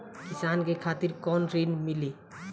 किसान के खातिर कौन ऋण मिली?